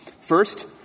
First